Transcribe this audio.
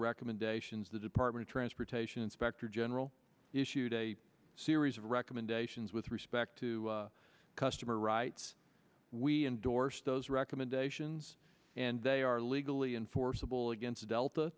recommendations the department of transportation inspector general issued a series of recommendations with respect to customer rights we endorse those recommendations and they are legally enforceable against delta